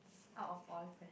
out of all